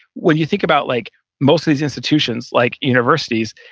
when you think about like most of these institutions like universities,